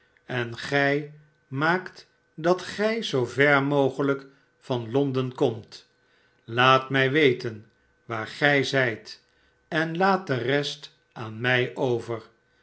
en gij maakt dat gij zoa ver mogelijk van londen komt laat mij weten waar gij zijt en laat de rest aan mij over